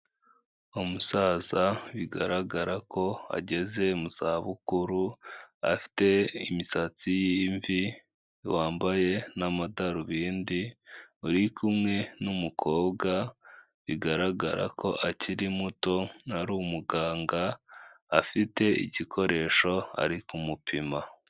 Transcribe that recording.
Umusaza bigaragara ko ageze mu zabukuru, afite imisatsi y'imvi, wambaye n'amadarubindi, uri kumwe n'umukobwa bigaragara ko akiri muto ari umuganga, afite igikoresho ari kumupima.